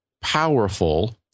powerful